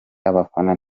abafana